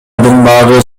алдындагы